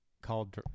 called